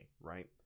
right